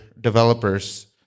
developers